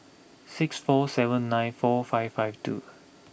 six four seven nine four five five two